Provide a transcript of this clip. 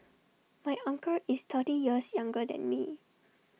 my uncle is thirty years younger than me